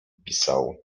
pisał